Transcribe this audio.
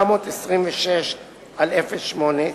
926/08,